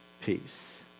peace